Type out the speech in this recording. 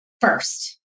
first